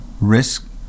risk